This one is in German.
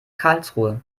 karlsruhe